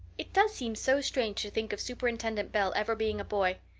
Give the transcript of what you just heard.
it does seem so strange to think of superintendent bell ever being a boy.